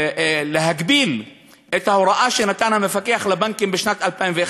להגביל את ההוראה שנתן המפקח על הבנקים בשנת 2011,